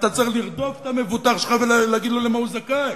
אתה צריך לרדוף את המבוטח שלך ולהגיד לו למה הוא זכאי.